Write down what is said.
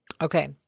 Okay